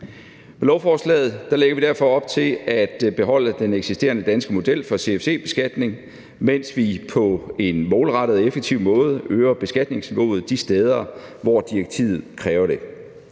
Med lovforslaget lægger vi derfor op til at beholde den eksisterende danske model for CFC-beskatning, mens vi på en målrettet og effektiv måde øger beskatningsniveauet de steder, hvor direktivet kræver det.